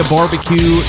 Barbecue